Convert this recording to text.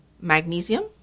magnesium